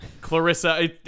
Clarissa